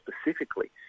specifically